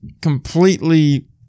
completely